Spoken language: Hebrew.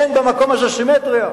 אין במקום הזה סימטריה.